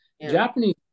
Japanese